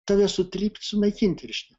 tave sutrypt sunaikint reiškia